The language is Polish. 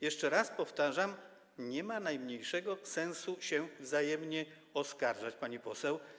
Jeszcze raz powtarzam: nie ma najmniejszego sensu się wzajemnie oskarżać, pani poseł.